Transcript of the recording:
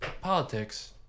politics